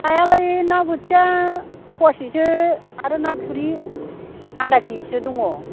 नायालाय ना बोथिया फवासेसो आरो ना थुरि आदा किजिसो दङ